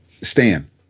Stan